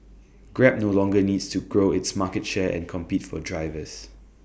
grab no longer needs to grow its market share and compete for drivers